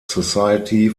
society